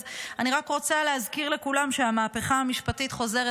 אז אני רק רוצה להזכיר לכולם שהמהפכה המשפטית חוזרת,